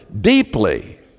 deeply